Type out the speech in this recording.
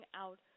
out